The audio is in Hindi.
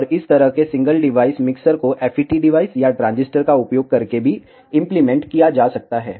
और इस तरह के सिंगल डिवाइस मिक्सर को FET डिवाइस या ट्रांजिस्टर का उपयोग करके भी इम्प्लीमेंट किया जा सकता है